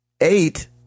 Eight